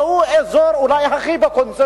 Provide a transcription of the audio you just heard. זהו אזור שאולי יכול להיות הכי בקונסנזוס,